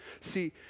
See